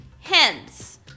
Hence